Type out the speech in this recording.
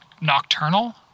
nocturnal